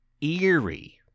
eerie